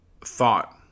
thought